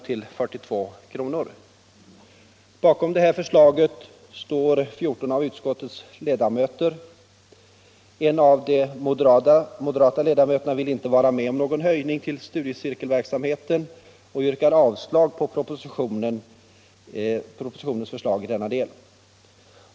till 42 kr. Bakom detta förslag står 14 av utskottets ledamöter. En av de moderata ledamöterna vill inte vara med om någon höjning av anslaget till studiecirkelverksamheten och yrkar avslag på propositionens förslag i denna del.